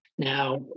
Now